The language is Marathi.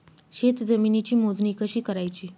शेत जमिनीची मोजणी कशी करायची?